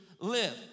live